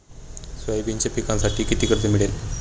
सोयाबीनच्या पिकांसाठी किती कर्ज मिळेल?